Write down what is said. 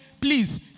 please